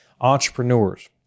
entrepreneurs